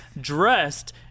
dressed